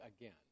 again